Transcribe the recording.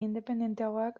independenteagoak